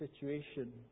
situation